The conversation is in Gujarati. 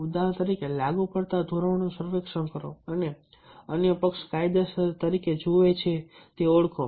ઉદાહરણ તરીકે લાગુ પડતા ધોરણો નું સર્વેક્ષણ કરો અને અન્ય પક્ષ કાયદેસર તરીકે જુએ છે તે ઓળખો